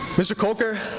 mr. kolker,